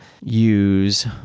use